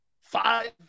five